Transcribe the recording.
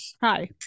Hi